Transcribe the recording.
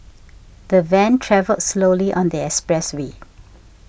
the van travelled slowly on the expressway